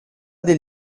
del